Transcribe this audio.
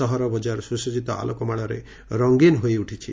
ସହର ବଙ୍କାର ସୁସଜିତ ଆଲୋକମାଳାରେ ରଙ୍ଙୀନ ହୋଇଉଠିଛି